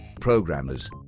programmers